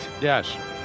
Yes